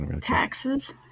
Taxes